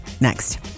next